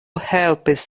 helpis